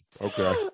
okay